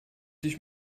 dich